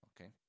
okay